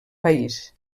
país